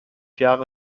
jahre